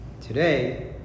today